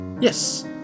Yes